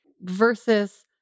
versus